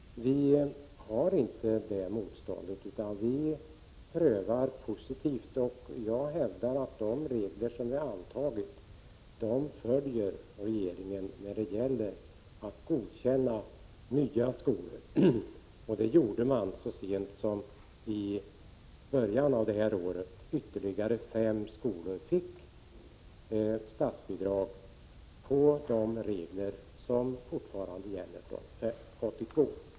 Vi är inte motståndare till dem, utan vi prövar dem positivt. Jag hävdar att de regler som är antagna följer regeringen när det gäller att godkänna nya skolor. Så sent som i början av det här året fick ytterligare fem skolor statsbidrag enligt de regler från 1982 som fortfarande gäller.